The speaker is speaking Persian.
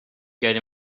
کردی